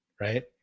Right